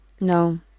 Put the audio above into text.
No